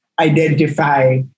identify